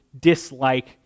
dislike